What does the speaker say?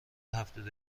هفتاد